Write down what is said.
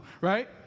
right